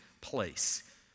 place